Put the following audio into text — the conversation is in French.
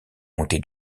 monté